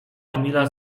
emila